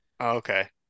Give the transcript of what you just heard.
Okay